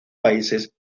países